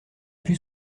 put